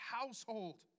household